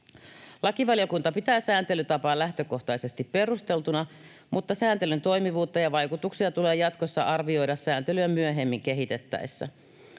Lakivaliokunta pitää sääntelytapaa lähtökohtaisesti perusteltuna, mutta sääntelyn toimivuutta ja vaikutuksia tulee jatkossa arvioida sääntelyä myöhemmin kehitettäessä.